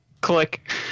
Click